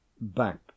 back